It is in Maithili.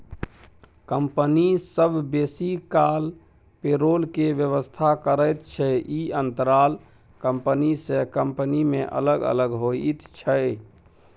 कंपनी सब बेसी काल पेरोल के व्यवस्था करैत छै, ई अंतराल कंपनी से कंपनी में अलग अलग होइत छै